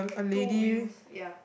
two wheels ya